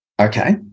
Okay